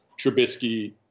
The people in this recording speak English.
Trubisky